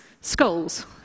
skulls